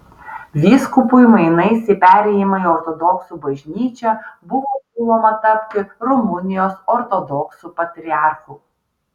vyskupui mainais į perėjimą į ortodoksų bažnyčią buvo siūloma tapti rumunijos ortodoksų patriarchu